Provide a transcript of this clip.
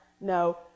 No